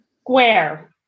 square